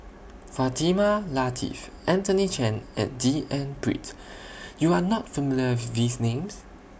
Fatimah Lateef Anthony Chen and D N Pritt YOU Are not familiar with These Names